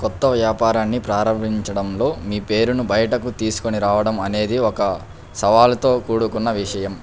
కొత్త వ్యాపారాన్ని ప్రారంభించడంలో మీ పేరును బయటకు తీసుకొని రావడం అనేది ఒక సవాలుతో కూడుకున్న విషయం